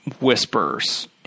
whispers